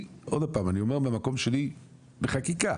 עוד פעם, אני אומר מהמקום שלי, בחקיקה,